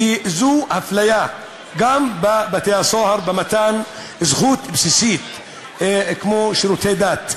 וזו אפליה גם בבתי-הסוהר במתן זכות בסיסית כמו שירותי דת.